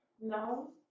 No